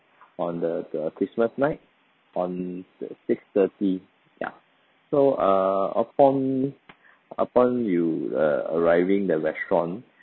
on the the christmas night on the six thirty ya so uh upon upon you uh arriving the restaurant